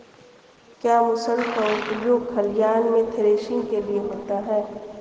क्या मूसल का उपयोग खलिहान में थ्रेसिंग के लिए होता है?